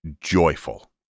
joyful